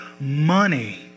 money